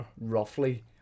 roughly